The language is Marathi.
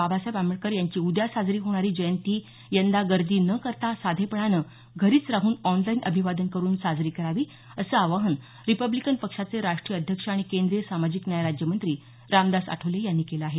बाबासाहेब आंबेडकर यांची उद्या साजरी होणारी जयंती यंदा गर्दी न करता साधेपणानं घरीच राहून ऑनलाईन अभिवादन करून साजरी करावी असं आवाहन रिपब्लिकन पक्षाचे राष्ट्रीय अध्यक्ष आणि केंद्रीय सामाजिक न्याय राज्यमंत्री रामदास आठवले यांनी केलं आहे